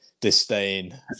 disdain